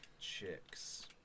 chicks